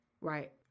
right